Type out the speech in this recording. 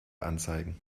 anzeigen